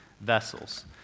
vessels